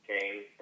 Came